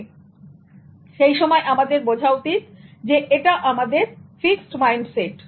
সুতরাং সেইসময় আমাদের বোঝা উচিৎ যে এটা আমাদের ফিক্সড মাইন্ডসেট